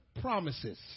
promises